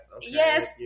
yes